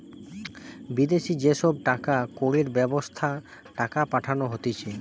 বিদেশি যে সব টাকা কড়ির ব্যবস্থা টাকা পাঠানো হতিছে